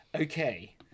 Okay